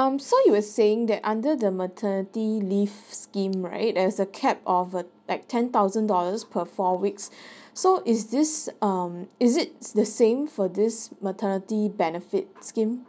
um so you were saying that under the maternity leave scheme right there's a cap of uh at ten thousand dollars per four weeks so is this um is it the same for this maternity benefits scheme